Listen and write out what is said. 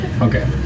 Okay